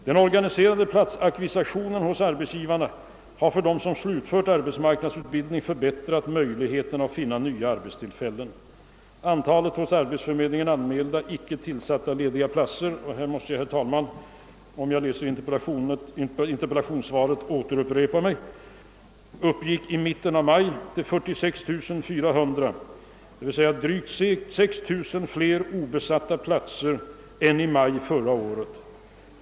Den organiserade platsackvisitionen hos arbetsgivarna har för dem som slutfört arbetsmarknadsutbildning förbättrat möjligheterna att finna nya arbetstillfällen. Antalet hos arbetsförmedlingen anmälda icke tillsatta lediga platser uppgick — jag upprepar detta, herr talman — i mitten av maj till 46 400, drygt 6 000 fler än i maj förra året.